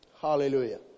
Hallelujah